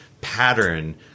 pattern